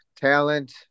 talent